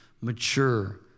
mature